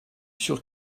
sûr